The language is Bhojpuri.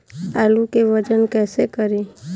आलू के वजन कैसे करी?